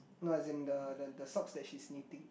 no it's in the then the socks that she is knitting